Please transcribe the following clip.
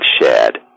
shared